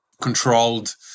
controlled